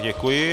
Děkuji.